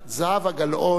זהבה גלאון,